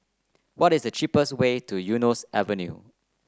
what is the cheapest way to Eunos Avenue